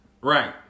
Right